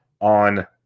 on